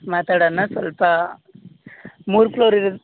ಮಾತಾಡೋಣ ಸ್ವಲ್ಪ ಮೂರು ಫ್ಲೋರ್ ಇರದು